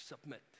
submit